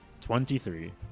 Twenty-three